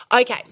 Okay